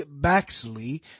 Baxley